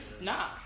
Nah